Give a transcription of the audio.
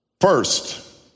first